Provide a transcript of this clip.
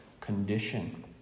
condition